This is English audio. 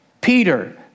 Peter